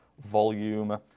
volume